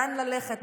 לאן ללכת,